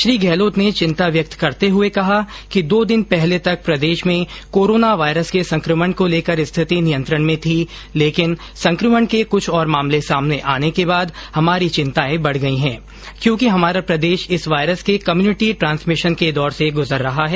श्री गहलोत ने चिंता व्यक्त करते हुए कहा कि दो दिन पहले तक प्रदेश में कोरोना वायरस के संक्रमण को लेकर स्थिति नियंत्रण में थी लेकिन संक्रमण के कृछ और मामले सामने आने के बाद हमारी चिंताएं बढ़ गई हैं क्योंकि हमारा प्रदेश इस वायरस के कम्यूनिटी ट्रांसमिशन के दौर से गुजर रहा है